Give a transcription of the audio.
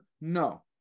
No